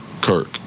Kirk